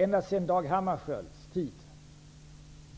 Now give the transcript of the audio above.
Ända sedan Dag Hammarskjölds, Gunnar